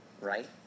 Right